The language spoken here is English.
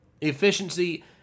efficiency